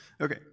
Okay